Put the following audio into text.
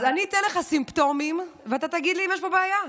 אז אני אתן לך סימפטומים ואתה תגיד לי אם יש פה בעיה.